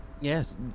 Yes